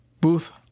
Booth